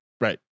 Right